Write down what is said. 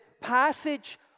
passage